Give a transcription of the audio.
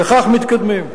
וכך מתקדמים.